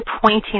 pointing